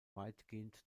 weitgehend